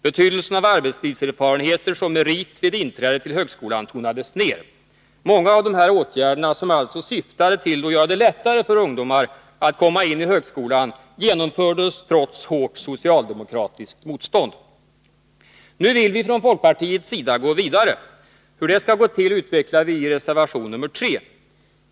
Betydelsen av arbetslivserfarenheter som merit vid inträde till högskolan tonades ner. Många av de här åtgärderna, som alltså syftade till att göra det lättare för ungdomar att komma in i högskolan, genomfördes trots hårt socialdemokratiskt motstånd. Nu vill vi från folkpartiets sida gå vidare. Hur det skall gå till utvecklar vi i reservation 3.